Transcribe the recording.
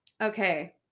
Okay